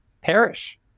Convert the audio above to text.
perish